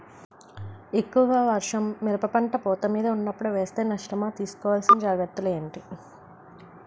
ఎక్కువ వర్షం మిరప పంట పూత మీద వున్నపుడు వేస్తే నష్టమా? తీస్కో వలసిన జాగ్రత్తలు ఏంటి?